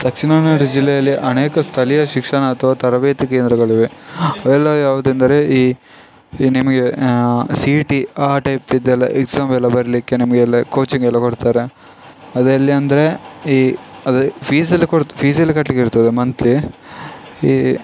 ದಕ್ಷಿಣ ಕನ್ನಡ ಜಿಲ್ಲೆಯಲ್ಲಿ ಅನೇಕ ಸ್ಥಳೀಯ ಶಿಕ್ಷಣ ಅಥವಾ ತರಬೇತಿ ಕೇಂದ್ರಗಳಿವೆ ಅವೆಲ್ಲ ಯಾವುದೆಂದರೆ ಈ ಈ ನಿಮಗೆ ಸಿ ಇ ಟಿ ಆ ಟೈಪಿಂದೆಲ್ಲ ಎಕ್ಸಾಮ್ ಎಲ್ಲ ಬರೀಲಿಕ್ಕೆ ನಿಮಗೆಲ್ಲ ಕೋಚಿಂಗ್ ಎಲ್ಲ ಕೊಡ್ತಾರೆ ಅದೆಲ್ಲಿ ಅಂದರೆ ಈ ಅದೆ ಫೀಸೆಲ್ಲ ಕೊಡ್ತ ಫೀಸೆಲ್ಲ ಕಟ್ಟಲಿಕ್ಕಿರ್ತದೆ ಮಂತ್ಲಿ ಈ